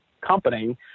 company